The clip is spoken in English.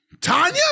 Tanya